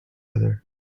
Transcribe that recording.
other